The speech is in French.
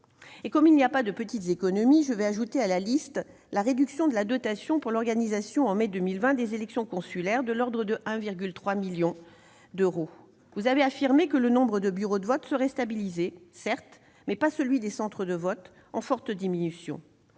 Et comme il n'y a pas de petites économies, je vais ajouter à la liste la réduction de la dotation pour l'organisation en mai 2020 des élections consulaires, de l'ordre de 1,3 million d'euros. Vous avez affirmé que le nombre de bureaux de vote serait stabilisé ; certes, mais tel n'est pas le cas de celui des centres de vote, en forte diminution.